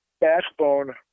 backbone